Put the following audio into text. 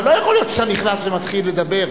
אבל לא יכול להיות שאתה נכנס ומתחיל לדבר.